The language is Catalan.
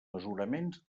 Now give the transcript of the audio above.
mesuraments